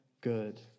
good